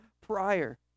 prior